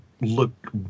look